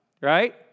right